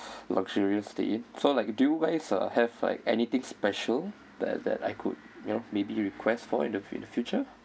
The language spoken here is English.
luxurious stay so like do you guys have like uh anything special that that I could you know maybe request for in the in the future